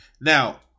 Now